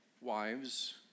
wives